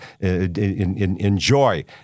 enjoy